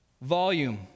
Volume